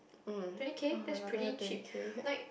mm [oh]-my-god I don't have twenty K